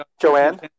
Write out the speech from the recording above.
Joanne